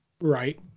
Right